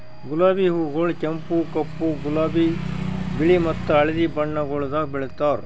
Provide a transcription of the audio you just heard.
ಗುಲಾಬಿ ಹೂಗೊಳ್ ಕೆಂಪು, ಕಪ್ಪು, ಗುಲಾಬಿ, ಬಿಳಿ ಮತ್ತ ಹಳದಿ ಬಣ್ಣಗೊಳ್ದಾಗ್ ಬೆಳೆತಾರ್